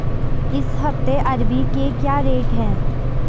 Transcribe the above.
इस हफ्ते अरबी के क्या रेट हैं?